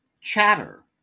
Chatter